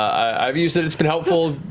i've used it, it's been helpful,